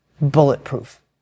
bulletproof